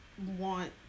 want